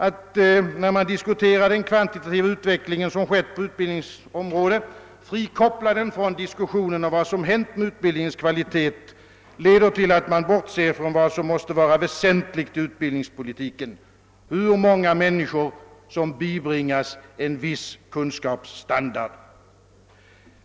Att från diskussionerna om vad som skett på utbildningsområdet frikoppla vad som hänt med utbildningens kvalitet leder till att man bortser från vad som måste vara väsentligt i utbildningspolitiken, nämligen - hur många människor som bibringas en viss kunskapsstandard.